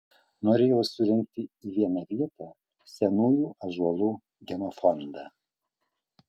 norėjau surinkti į vieną vietą senųjų ąžuolų genofondą